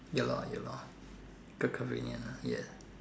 ya lor ya lor quite convenient ah ya